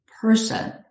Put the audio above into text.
person